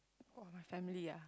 oh my family ah